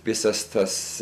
visas tas